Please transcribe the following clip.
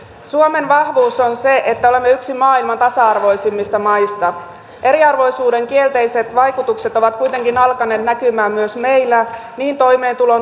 suomen vahvuus on se että olemme yksi maailman tasa arvoisimmista maista eriarvoisuuden kielteiset vaikutukset ovat kuitenkin alkaneet näkymään myös meillä niin toimeentulo